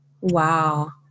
Wow